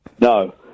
No